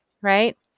right